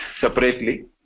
separately